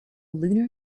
lunar